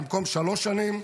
במקום שלוש שנים,